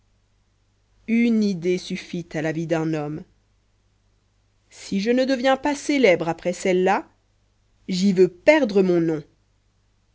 une idée suffit à la vie d'un homme si je ne deviens pas célèbre après celle-là j'y veux perdre mon nom